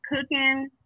cooking